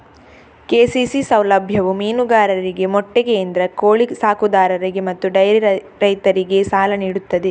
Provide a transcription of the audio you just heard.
KCC ಸೌಲಭ್ಯವು ಮೀನುಗಾರರಿಗೆ, ಮೊಟ್ಟೆ ಕೇಂದ್ರ, ಕೋಳಿ ಸಾಕುದಾರರಿಗೆ ಮತ್ತು ಡೈರಿ ರೈತರಿಗೆ ಸಾಲ ನೀಡುತ್ತದೆ